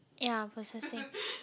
ya processing